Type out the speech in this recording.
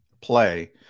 play